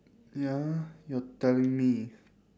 ya you are telling me